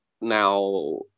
now